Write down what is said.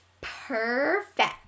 Perfect